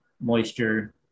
moisture